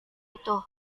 itu